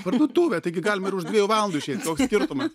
parduotuvę taigi galima ir už dviejų valandų išeit koks skirtumas